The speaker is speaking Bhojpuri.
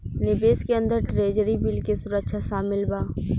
निवेश के अंदर ट्रेजरी बिल के सुरक्षा शामिल बा